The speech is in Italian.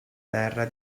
terra